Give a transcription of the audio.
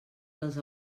dels